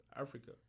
Africa